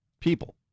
people